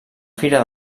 fira